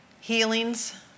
healings